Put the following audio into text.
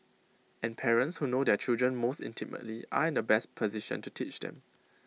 and parents who know their children most intimately are in the best position to teach them